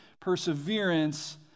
perseverance